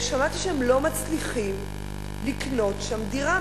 שמעתי שהם לא מצליחים לקנות שם דירה.